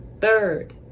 Third